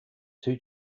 two